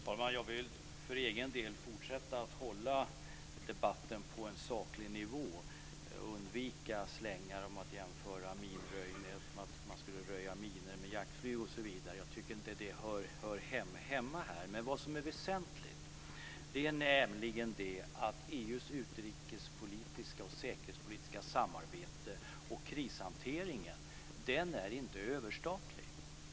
Fru talman! Jag vill för egen del fortsätta att hålla debatten på en saklig nivå och undvika slängar om att man skulle röja minor med jaktflyg osv. Jag tycker inte att det hör hemma här. Vad som är väsentligt är nämligen att EU:s utrikes och säkerhetspolitiska samarbete och krishanteringen inte är överstatligt.